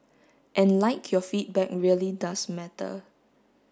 and like your feedback really does matter